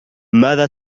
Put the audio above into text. ماذا